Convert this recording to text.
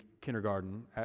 kindergarten